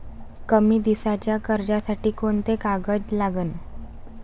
कमी दिसाच्या कर्जासाठी कोंते कागद लागन?